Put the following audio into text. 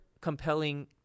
compelling